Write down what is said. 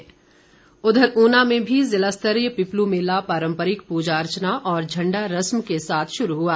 कंवर उघर ऊना में भी जिला स्तरीय पिपलू मेला पारम्परिक पूजा अर्चना और झंडा रस्म के साथ शुरू हुआ